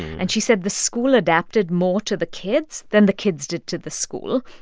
and she said the school adapted more to the kids than the kids did to the school.